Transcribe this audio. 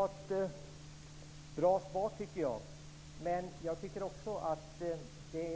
Herr talman! Det var ett bra svar, tycker jag. Men det vore